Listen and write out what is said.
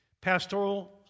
pastoral